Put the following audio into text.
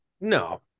No